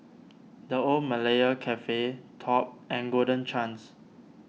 the Old Malaya Cafe Top and Golden Chance